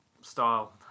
style